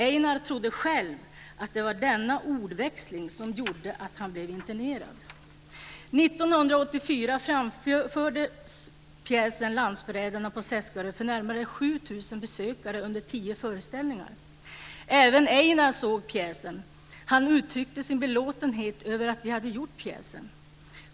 Einar trodde själv att det var denna ordväxling som gjorde att han blev internerad. Seskarö för närmare 7 000 besökare under tio föreställningar. Även Einar såg pjäsen. Han uttryckte sin belåtenhet över att vi hade gjort pjäsen.